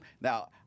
Now